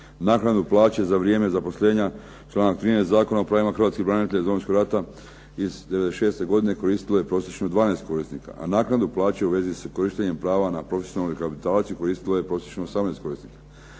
Naknadu plaće za vrijeme zaposlenja članak 13. Zakona o pravima hrvatskih branitelja iz Domovinskog rata iz 96. godine koristilo je prosječno 12 korisnika a naknadu plaće u vezi s korištenjem prava na profesionalnu rehabilitaciju koristilo je prosječno 18 korisnika.